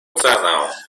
cenę